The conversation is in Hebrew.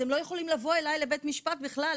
אתם לא יכולים לבוא אליי לבית משפט בכלל,